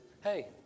hey